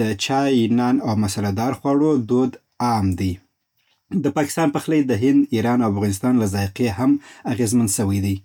د چای، نان او مساله دار خواړو دود عام دی. د پاکستان پخلی د هند، ایران، او افغانستان له ذائقي هم اغېزمن سوی دی.